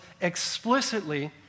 explicitly